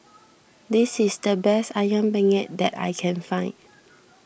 this is the best Ayam Penyet that I can find